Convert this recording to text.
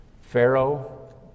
Pharaoh